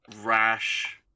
rash